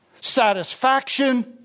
satisfaction